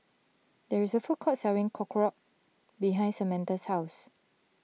there is a food court selling Korokke behind Samatha's house